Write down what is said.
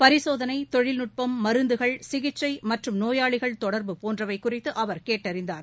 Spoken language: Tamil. பரிசோதனைதொழில்நுட்பம் மருந்துகள் சிகிச்கைமற்றும் நோயாளிகள் தொடர்பு போன்றவைகுறித்துஅவர் கேட்டறிந்தார்